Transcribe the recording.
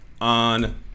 on